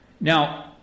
Now